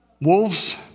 wolves